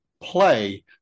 play